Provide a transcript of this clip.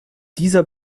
dieser